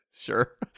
sure